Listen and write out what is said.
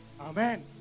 Amen